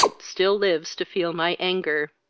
still lives to feel my anger.